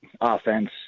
offense